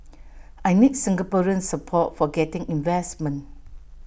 I need Singaporean support for getting investment